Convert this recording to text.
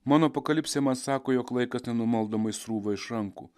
mano apokalipsė man sako jog laikas nenumaldomai srūva iš rankų